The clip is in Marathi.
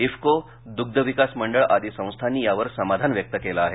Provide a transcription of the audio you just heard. इफ्को दुग्ध विकास मंडळआदी संस्थांनी यावर समाधान व्यक्त केलं आहे